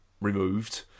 removed